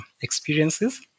experiences